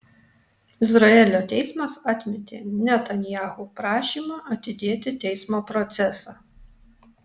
izraelio teismas atmetė netanyahu prašymą atidėti teismo procesą